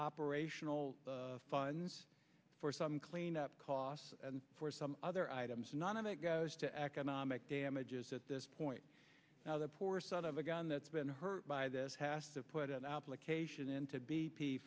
operational funds for some cleanup costs and for some other items none of it goes to economic damages at this point now the poor son of a gun that's been hurt by this has to put an application into b